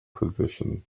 position